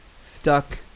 stuck